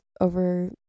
over